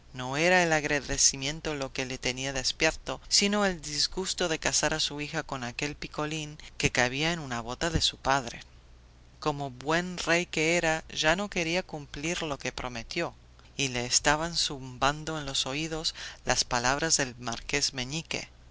no era el agradecimiento lo que le tenía despierto sino el disgusto de casar a su hija con aquel picolín que cabía en una bota de su padre como buen rey que era ya no quería cumplir lo que prometió y le estaban zumbando en los oídos las palabras del marqués meñique